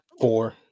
Four